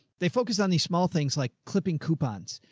they focused on the small things like clipping coupons.